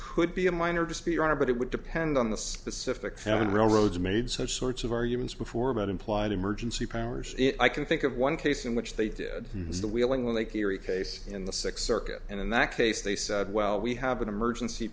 could be a minor disappear are but it would depend on the specific seven railroads made some sorts of arguments before about implied emergency powers i can think of one case in which they did the wheeling lake erie case in the sixth circuit and in that case they said well we have an emergency